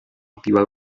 activa